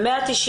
הנערים